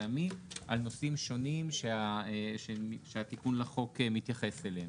הפעמי על נושאים שונים שהתיקון לחוק מתייחס אליהם.